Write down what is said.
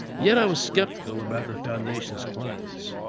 yet i was skeptical about the foundation claims.